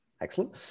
Excellent